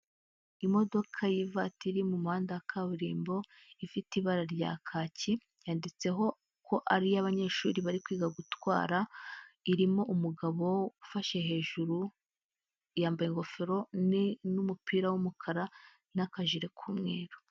Imodoka y'ivatiri mu muhanda wa kaburimbo ifite ibara rya kaki, yanditseho ko ari iy'abanyeshuri bari kwiga gutwara, irimo umugabo ufashe hejuru, yambaye ingofero n'umupira w'umukara n'akajire k'umweru.